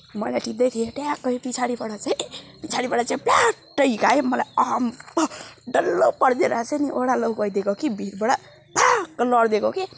मैला टिप्दैँ थिएँ ट्याक्कै पिछाडिबाट चाहिँ पिछाडिबाट चाहिँ प्याट्टै हिर्कायो मलाई आम्भो डल्लो पपारिदियो र चाहिँ नि ओह्रालो गएदिएको के भिरबाट भ्वाक्क लडिदिएको कि